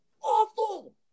awful